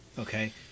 Okay